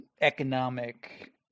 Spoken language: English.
economic